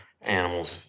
animals